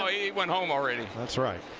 ah yeah he went home already. that's right.